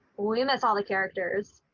we miss all the characters.